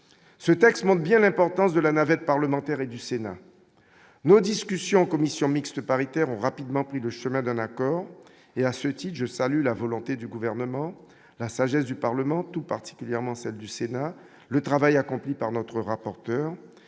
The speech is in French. ce texte marque bien l'importance de la navette parlementaire et du Sénat, nos discussions en commission mixte paritaire ont rapidement pris le chemin d'un accord et à ce titre, je salue la volonté du gouvernement la sagesse du Parlement tout particulièrement celle du Sénat, le travail accompli par notre rapporteur,